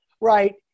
right